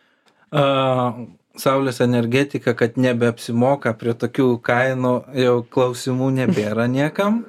a saulės energetika kad nebeapsimoka prie tokių kainų jau klausimų nebėra niekam